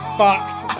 fucked